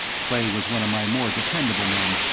clay was one of my more dependable men,